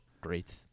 great